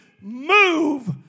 move